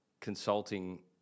consulting